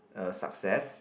a success